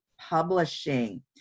Publishing